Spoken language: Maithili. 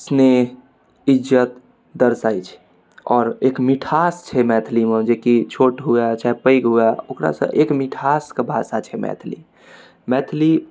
स्नेह इज्जत दर्शायेल छै आओर एक मिठास छै मैथिलीमे जेकि छोट हुए चाहे पैघ हुए ओकरासँ एक मिठासके भाषा छै मैथिली मैथिली